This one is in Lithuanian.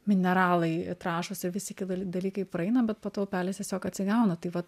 mineralai trąšos ir visi ki dal dalykai praeina bet po to upelis tiesiog atsigauna tai va